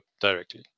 directly